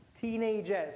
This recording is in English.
teenagers